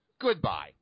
Goodbye